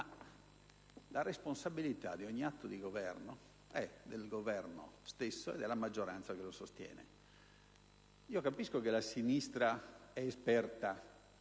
che la responsabilità di ogni atto di governo è dell'Esecutivo e della maggioranza che lo sostiene. Capisco che la sinistra sia esperta